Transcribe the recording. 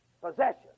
possession